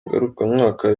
ngarukamwaka